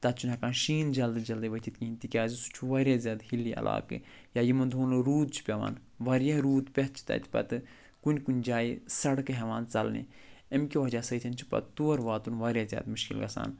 تَتھ چھُنہٕ ہٮ۪کان شیٖن جلدی جلدی ؤتِتھ کِہیٖنۍ تِکیٛازِ سُہ چھُ واریاہ زیادٕ ہِلی علاقہٕ یا یِمَن دۄہَن نہٕ روٗد چھُ پٮ۪وان واریاہ روٗد پٮ۪تھ چھِ تَتہِ پتہٕ کُنہِ کُنہِ جایہِ سڑکہٕ ہٮ۪وان ژلنہِ أمۍ کہِ وجہ سۭتۍ چھِ پتہٕ تور واتُن واریاہ زیادٕ مُشکِل گژھان